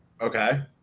Okay